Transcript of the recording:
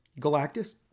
Galactus